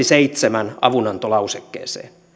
seitsemän avunantolausekkeeseen